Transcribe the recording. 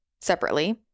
separately